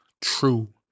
true